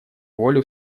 волю